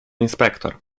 inspektor